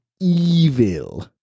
Evil